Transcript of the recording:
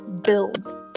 builds